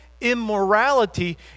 immorality